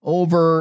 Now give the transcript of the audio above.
over